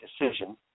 decision